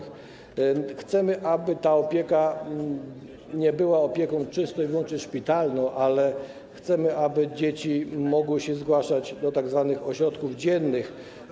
Chcemy, aby ta opieka nie była opieką czysto i wyłącznie szpitalną, ale chcemy, aby dzieci mogły się zgłaszać do tzw. ośrodków dziennych.